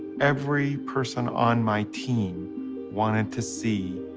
every person on my team wanted to see,